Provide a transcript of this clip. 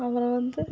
அப்புறம் வந்து